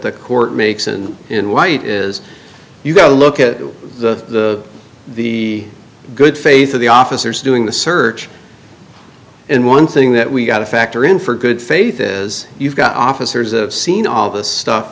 the court makes and in white is you go look at the the good faith of the officers doing the search and one thing that we've got to factor in for good faith is you've got officers of seen all this stuff